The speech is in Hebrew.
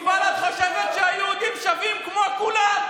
כי בל"ד חושבת שהיהודים שווים כמו כולם,